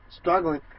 struggling